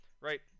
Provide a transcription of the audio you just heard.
right